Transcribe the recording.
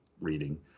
Reading